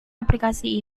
aplikasi